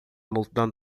multidão